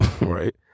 right